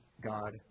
God